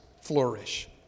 flourish